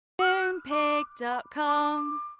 Moonpig.com